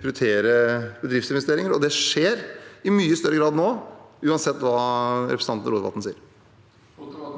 prioritere bedriftsinvesteringer, og det skjer i mye større grad nå, uansett hva representanten Rotevatn sier.